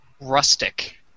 rustic